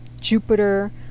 Jupiter